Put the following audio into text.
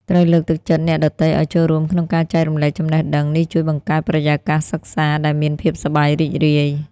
ត្រូវលើកទឹកចិត្តអ្នកដទៃឲ្យចូលរួមក្នុងការចែករំលែកចំណេះដឹង។ នេះជួយបង្កើតបរិយាកាសសិក្សាដែលមានភាពសប្បាយរីករាយ។